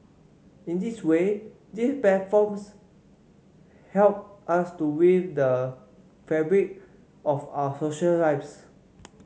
in this way these platforms help us to weave the fabric of our social lives